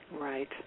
Right